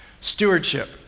Stewardship